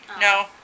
No